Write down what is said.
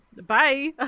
bye